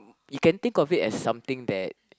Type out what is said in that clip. you can think of it as something that